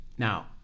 Now